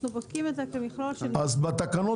אנחנו בודקים את המכלול -- אז בתקנות